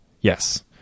Yes